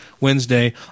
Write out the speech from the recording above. Wednesday